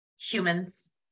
humans